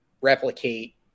replicate